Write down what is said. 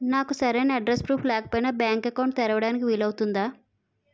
నాకు సరైన address proof లేకపోయినా బ్యాంక్ అకౌంట్ తెరవడానికి వీలవుతుందా?